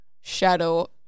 shadow